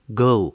go